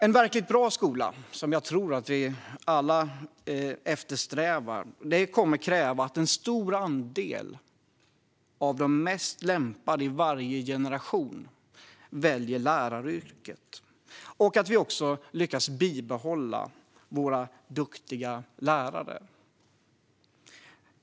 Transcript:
En verkligt bra skola, som jag tror att vi alla eftersträvar, kommer att kräva att en stor andel av de mest lämpade i varje generation väljer läraryrket och att vi också lyckas behålla våra duktiga lärare.